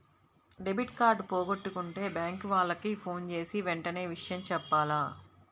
debit card పోగొట్టుకుంటే bank వాళ్లకి ఫోన్జేసి వెంటనే విషయం జెప్పాల